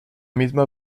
misma